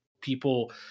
people